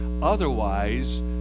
Otherwise